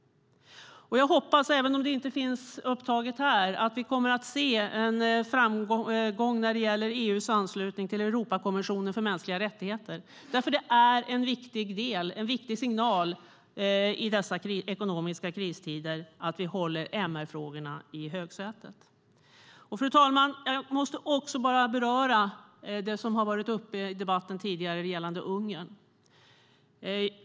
Även om det inte finns upptaget här hoppas jag att vi får se en framgång när det gäller EU:s anslutning till Europakonventionen för mänskliga rättigheter eftersom det är en viktig signal i dessa ekonomiska kristider att vi har MR-frågorna i högsätet. Fru talman! Jag måste också beröra det som tidigare varit uppe här i debatten gällande Ungern.